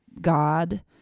God